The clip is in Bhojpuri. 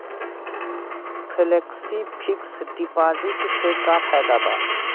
फेलेक्सी फिक्स डिपाँजिट से का फायदा भा?